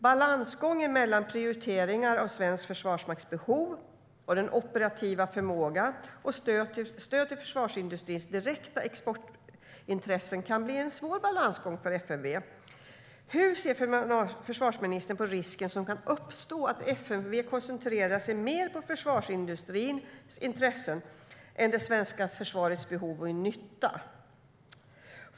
Balansgången mellan prioritering av svensk försvarsmakts behov, den operativa förmågan och stöd till försvarsindustrins direkta exportintressen kan bli en svår balansgång för FMV. Hur ser försvarsministern på den risk som kan uppstå att FMV koncentrerar sig mer på försvarsindustrins intressen än det svenska försvarets behov och nytta?